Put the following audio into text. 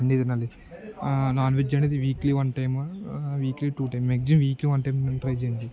అన్నీ తినాలి non veg అనేది weekly one time weekly two time maximum weekly one time try చేయండి